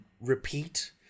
repeat